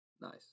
Nice